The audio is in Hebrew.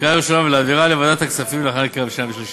בקריאה ראשונה ולהעבירה לוועדת הכספים להכנה לקריאה שנייה ושלישית.